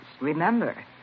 Remember